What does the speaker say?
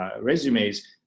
resumes